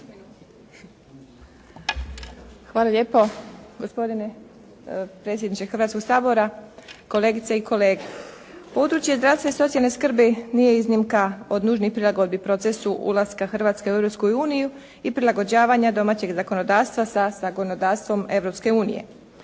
Hvala lijepo. Gospodine predsjedniče Hrvatskog sabora, kolegice i kolege. Područje zdravstva i socijalne skrbi nije iznimka od nužnih prilagodbi procesu ulasku Hrvatske u Europsku uniju i prilagođavanja domaćeg zakonodavstva sa zakonodavstvom